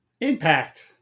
Impact